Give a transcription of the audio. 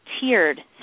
tiered